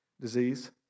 Disease